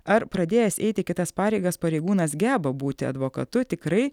ar pradėjęs eiti kitas pareigas pareigūnas geba būti advokatu tikrai